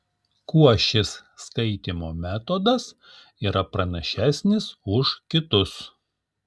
kuo šis skaitymo metodas yra pranašesnis už kitus